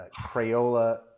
Crayola